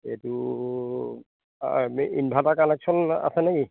এইটো inverter connection আছে নে কি